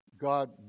God